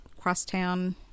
Crosstown